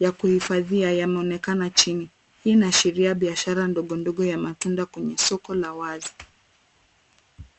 yakuhifadhia yanaonekana chini. Hii inashiria biashara ndogo ndogo ya matunda kwenye soko la wazi.